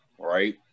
right